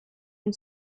ihm